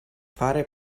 fare